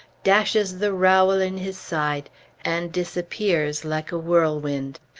dashes the rowel in his side and disappears like a whirlwind.